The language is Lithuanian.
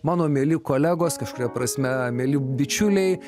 mano mieli kolegos kažkuria prasme mieli bičiuliai